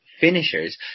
finishers